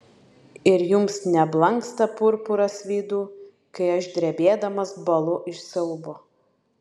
ir jums neblanksta purpuras veidų kai aš drebėdamas bąlu iš siaubo